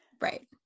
Right